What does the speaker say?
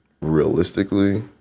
realistically